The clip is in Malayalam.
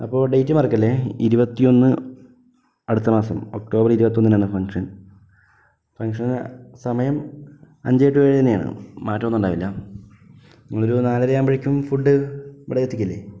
അപ്പോൾ ഡേറ്റ് മറക്കല്ലേ ഇരുപത്തിയൊന്ന് അടുത്ത മാസം ഒക്ടോബർ ഇരുപത്തിയൊന്നിനാണ് ഫങ്ഷൻ ഫങ്ഷൻ സമയം അഞ്ചേ ടു ഏഴ് തന്നെയാണ് മാറ്റമൊന്നും ഉണ്ടാവില്ല നിങ്ങളൊരു നാലര ആകുമ്പോഴേക്കും ഫുഡ് ഇവിടെ എത്തിക്കില്ലേ